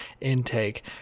intake